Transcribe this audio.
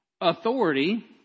authority